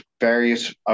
various